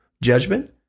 judgment